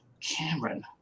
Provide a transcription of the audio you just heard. Cameron